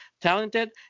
Talented